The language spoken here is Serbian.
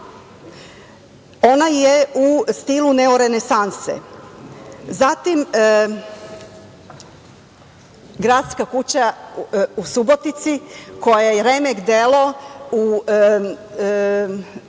Ona je u stilu neorenesanse. Zatim, Gradska kuća u Subotici koja je remek delo u